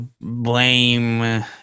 blame